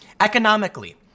economically